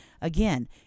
again